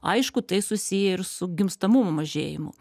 aišku tai susiję ir su gimstamumo mažėjimu